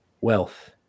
wealth